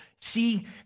See